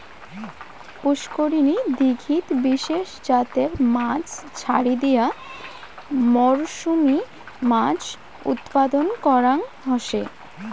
পুষ্করিনী, দীঘিত বিশেষ জাতের মাছ ছাড়ি দিয়া মরসুমী মাছ উৎপাদন করাং হসে